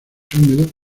húmedos